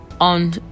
on